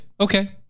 Okay